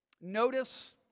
notice